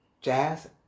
jazz